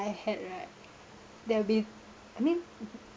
I had right there will be I mean